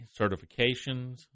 certifications